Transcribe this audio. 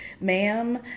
ma'am